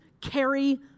carry